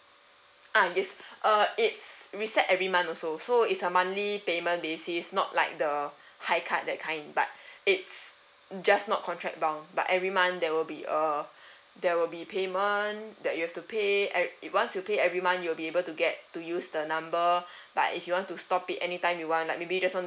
uh yes uh it's reset every month also so it's a monthly payment basis not like the high cut that kind but it's just not contract bound but every month there will be a there will be payment that you have to pay ev~ once you pay every month you will be able to get to use the number but if you want to stop it anytime you want like maybe you just want